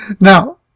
Now